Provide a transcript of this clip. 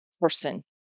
person